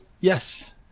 Yes